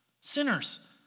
Sinners